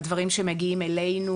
בדברים שמגיעים אלינו,